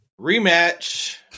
rematch